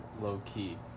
low-key